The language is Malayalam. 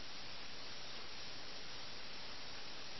അതൊരു വലിയ വിപത്താണ് അതൊരു വലിയ ദുരന്തമാണ്